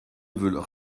veulent